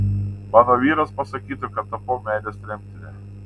mano vyras pasakytų kad tapau meilės tremtine